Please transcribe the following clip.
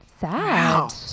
Sad